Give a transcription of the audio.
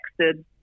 texted